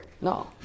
No